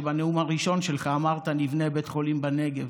שבנאום הראשון שלך אמרת: נבנה בית חולים בנגב.